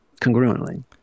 congruently